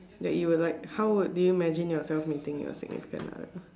that you would like how you you imagine yourself meeting your significant other